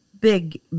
big